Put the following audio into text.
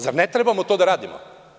Zar ne trebamo to da radimo?